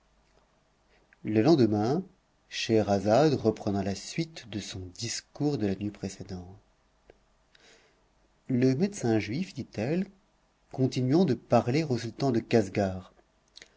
le lendemain scheherazade reprenant la suite de son discours de la nuit précédente le médecin juif dit-elle continuant de parler au sultan de casgar